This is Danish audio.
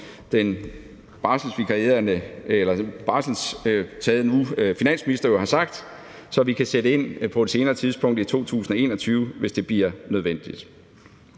som den nu på barselsorlov værende finansminister jo har sagt, så vi kan sætte ind på et senere tidspunkt i 2021, hvis det bliver nødvendigt.